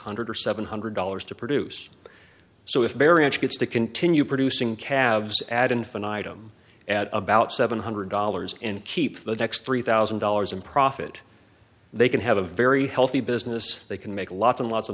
hundred or seven hundred dollars to produce so if baryons gets to continue producing calves ad infinitum at about seven hundred dollars and keep the next three thousand dollars in profit they can have a very healthy business they can make lots and lots of